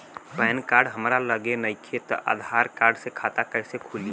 Pan card हमरा लगे नईखे त आधार कार्ड से खाता कैसे खुली?